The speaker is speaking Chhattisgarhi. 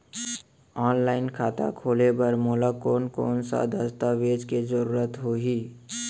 ऑनलाइन खाता खोले बर मोला कोन कोन स दस्तावेज के जरूरत होही?